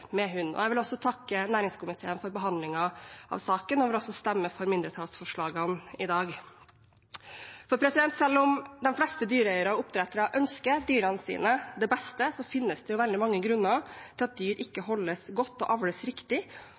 med hund. Jeg vil også takke næringskomiteen for behandlingen av saken og stemme for mindretallsforslagene i dag. Selv om de fleste dyreeiere og oppdrettere ønsker dyrene sine det beste, finnes det veldig mange grunner til at dyr ikke holdes godt og avles riktig,